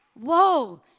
Whoa